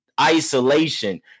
isolation